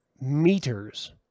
meters